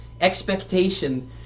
Expectation